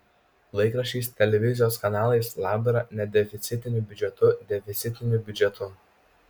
laikraščiais televizijos kanalais labdara nedeficitiniu biudžetu deficitiniu biudžetu